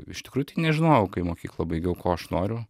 iš tikrųjų tai nežinojau kai mokyklą baigiau ko aš noriu